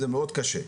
זה מאוד קשה.